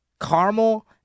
Caramel